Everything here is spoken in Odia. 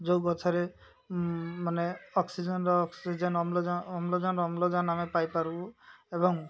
ଯେଉଁ ଗଛରେ ମାନେ ଅକ୍ସିଜେନ୍ର ଅକ୍ସିଜେନ୍ ଅମ୍ଳଜାନ ଅମ୍ଳଜାନ ଆମେ ପାଇପାରିବୁ ଏବଂ